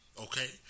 Okay